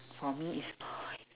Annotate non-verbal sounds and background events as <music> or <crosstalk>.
for me is <noise>